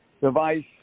device